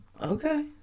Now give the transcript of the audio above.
Okay